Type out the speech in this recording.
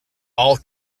all